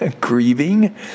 grieving